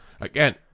Again